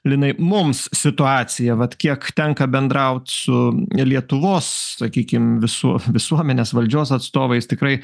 linai mums situacija vat kiek tenka bendraut su lietuvos sakykim visų visuomenės valdžios atstovais tikrai